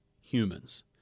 humans